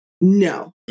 no